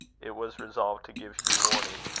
it was resolved to give hugh warning.